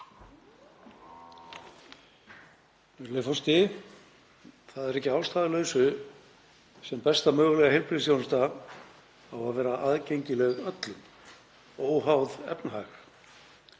Það er ekki að ástæðulausu sem besta mögulega heilbrigðisþjónusta á að vera aðgengileg öllum óháð efnahag.